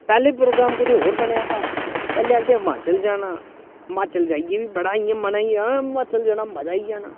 पैह्लें प्रोग्राम कुदै होर बनेआ हा पैह्लें आखदे हिमाचल जाना म्हाचल जाइयै बी बड़ा इ'यां मनै गी हां म्हाचल जाना मजा आई जाना